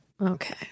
Okay